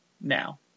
now